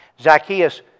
Zacchaeus